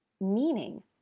meaning